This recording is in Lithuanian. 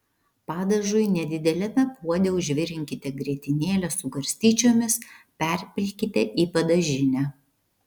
padažui nedideliame puode užvirinkite grietinėlę su garstyčiomis perpilkite į padažinę